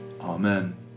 Amen